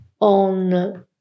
on